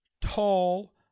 tall